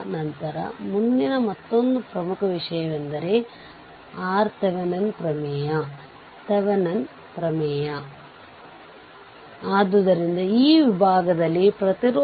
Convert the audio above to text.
ಆದ್ದರಿಂದ ಮುಂದಿನದು ಈ ಸರ್ಕ್ಯೂಟ್ ನ ಥೆವೆನಿನ್ ಸಮಾನ ಸರ್ಕ್ಯೂಟ್ ಅನ್ನು ನಿರ್ಧರಿಸುವುದು